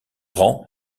rang